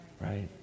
right